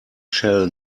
shall